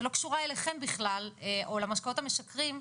שלא קשור אליכם בכלל או למשקאות המשכרים.